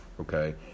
okay